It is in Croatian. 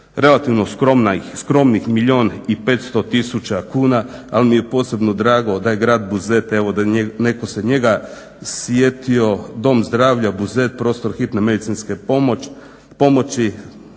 relativno skromnih milijun i 500 tisuća kuna, ali mi je posebno drago da je grad Buzet, evo da netko se njega sjetio, Dom zdravlja Buzet prostor Hitne medicinske pomoći